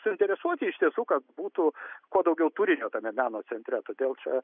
suinteresuoti iš tiesų kad būtų kuo daugiau turinio tame meno centre todėl čia